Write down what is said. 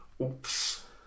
oops